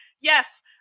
Yes